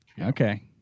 Okay